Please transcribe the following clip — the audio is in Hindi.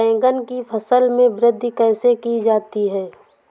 बैंगन की फसल में वृद्धि कैसे की जाती है?